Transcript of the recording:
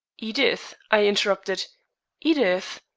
edith? i interrupted edith?